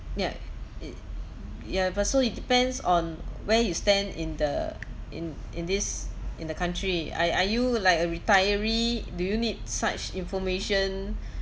yeah it yeah but so it depends on where you stand in the in in this in the country are are you like a retiree do you need such information